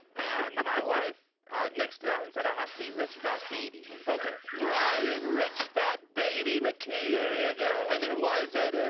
and my wife nixed that and said i have to be rich fat baby. and ok ryan rich fat baby mickey area guy. and then why is that. ah